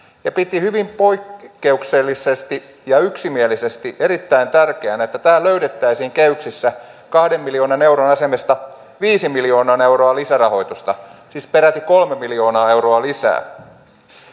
ja piti hyvin poikkeuksellisesti ja yksimielisesti erittäin tärkeänä että tähän löydettäisiin kehyksissä kahden miljoonan euron asemesta viisi miljoonaa euroa lisärahoitusta siis peräti kolme miljoonaa euroa lisää